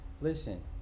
listen